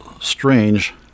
strange